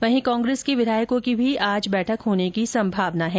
वहीं कांग्रेस के विधायकों की भी आज बैठक होने की संभावना है